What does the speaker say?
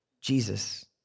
Jesus